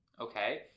okay